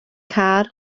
car